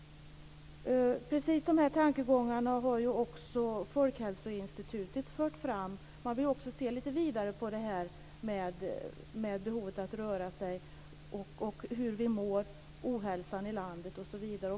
Precis dessa tankegångar har också Folkhälsoinstitutet fört fram, och man vill se lite vidare på detta med behovet av att röra sig, hur vi mår, ohälsan i landet osv.